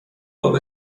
باب